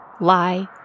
Lie